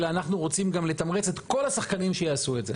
אלא אנחנו רוצים גם לתמרץ את כל השחקנים שיעשו את זה.